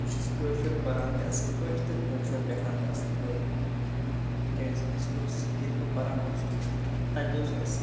بہٕ چھُس کٲشُر پَران تہِ اصٕل پٲٹھۍ تہِ کٲشُر لیکھان تہِ اصٕل پٲٹھۍ تِکیازِ اسہِ اوس ییٚتہِ بہٕ پَران اوسُس تَتہٕ اوس اسہِ